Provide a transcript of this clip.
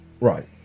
right